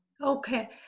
Okay